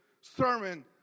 sermon